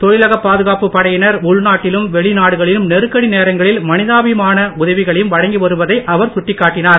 தொழிலன பாதுகாப்புப் படையினர் உள்நாட்டிலும் வெளிநாடுகளிலும் நெருக்கடி நேரங்களில் மனிதாபமான உதவிகளையும் வழங்கி வருவதை அவர் சுட்டிக் காட்டினார்